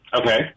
Okay